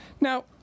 now